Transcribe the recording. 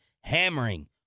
hammering